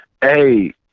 Hey